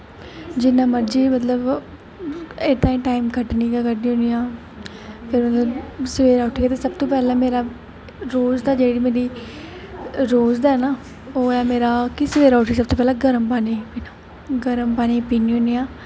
जि'यां मर्जी मतलब एह्दे ताहीं टाइम कड्ढनी गै कड्ढनी होनी आं फिर सबैह्रे उट्ठियै सब तो पैह्लें मेरा रोज़ जेह्ड़ी मेरी रोज़ दा ना ओह् ऐ मेरा कि सबैह्रे उट्ठियै सब तू पैह्लें गर्म पानी पीना गर्म पानी पीनी होनी आं